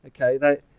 okay